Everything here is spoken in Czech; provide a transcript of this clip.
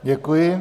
Děkuji.